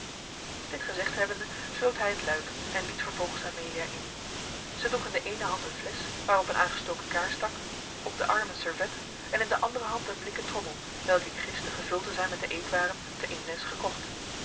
dit gezegd hebbende sloot hij het luik en liet vervolgens amelia in zij droeg in de eene hand eene flesch waarop een aangestoken kaars stak op den arm een servet en in de andere hand een blikken trommel welke ik giste gevuld te zijn met de eetwaren te eemnes gekocht